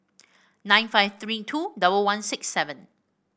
nine five three two double one six seven